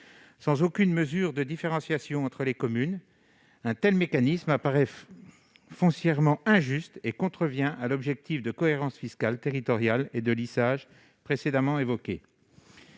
Sans aucune mesure de différenciation entre les communes, un tel mécanisme apparaît foncièrement injuste et contrevient à l'objectif de cohérence fiscale territoriale et de lissage. Ce PLFR